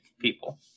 people